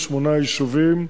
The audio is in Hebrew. ב-28 יישובים,